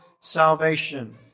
salvation